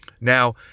Now